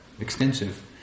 extensive